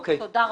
תודה רבה.